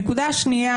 נקודה שנייה.